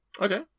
Okay